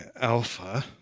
alpha